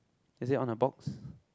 is it on a box